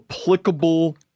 applicable